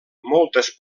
moltes